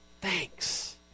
thanks